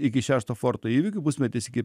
iki šešto forto įvykių pusmetis iki